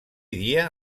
dia